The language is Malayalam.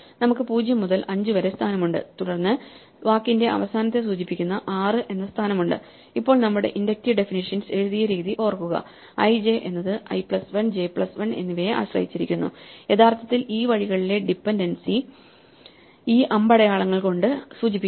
നമുക്ക് 0 മുതൽ 5 വരെ സ്ഥാനമുണ്ട് തുടർന്ന് വാക്കിന്റെ അവസാനത്തെ സൂചിപ്പിക്കുന്ന 6 എന്ന സ്ഥാനമുണ്ട് ഇപ്പോൾ നമ്മുടെ ഇൻഡക്റ്റീവ് ഡെഫിനിഷ്യൻസ് എഴുതിയ രീതി ഓർക്കുക i j എന്നത് i പ്ലസ് 1 ജെ പ്ലസ് 1 എന്നിവയെ ആശ്രയിച്ചിരിക്കുന്നു യഥാർത്ഥത്തിൽ ഈ വഴികളിലെ ഡിപെൻഡൻസി ഈ അമ്പടയാളങ്ങൾ കൊണ്ട് സൂചിപ്പിക്കുന്നു